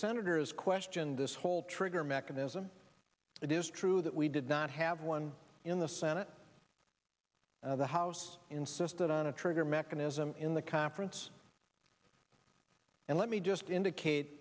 senators question this whole trigger mechanism it is true that we did not have one in the senate the house insisted on a trigger mechanism in the conference and let me just indicate